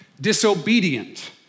disobedient